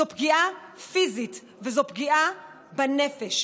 זו פגיעה פיזית וזו פגיעה בנפש.